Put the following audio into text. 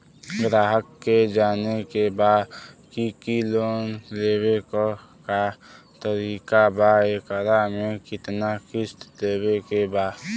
ग्राहक के जाने के बा की की लोन लेवे क का तरीका बा एकरा में कितना किस्त देवे के बा?